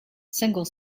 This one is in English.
single